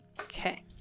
Okay